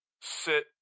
sit